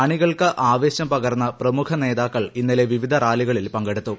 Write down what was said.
അണികൾക്ക് ആവേശം പകർന്ന് പ്രമുഖ നേതാക്കൾ ഇന്നിലെ വിവിധ റാലികളിൽ പങ്കെടുത്തു